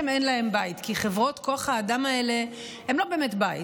אין להם בית כי חברות כוח האדם האלה הן לא באמת בית.